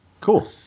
Cool